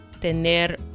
tener